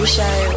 Show